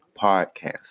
podcast